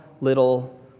little